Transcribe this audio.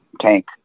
tank